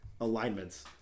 alignments